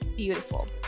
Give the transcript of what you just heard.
Beautiful